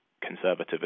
conservative